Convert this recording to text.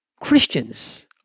Christians